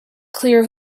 clear